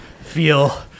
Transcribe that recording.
feel